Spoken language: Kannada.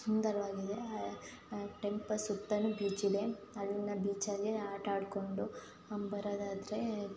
ಸುಂದರವಾಗಿದೆ ಟೆಂಪಲ್ ಸುತ್ತಲೂ ಬೀಚ್ ಇದೆ ಅಲ್ಲಿನ ಬೀಚ್ ಅಲ್ಲಿ ಆಟ ಆಡಿಕೊಂಡು ಬರೋದಾದರೆ